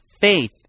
faith